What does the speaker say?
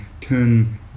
turn